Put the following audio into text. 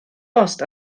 bost